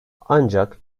ancak